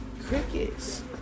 Crickets